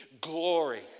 glory